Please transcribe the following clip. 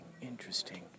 Interesting